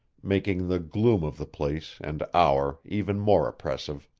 making the gloom of the place and hour even more oppressive.